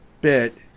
bit